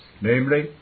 namely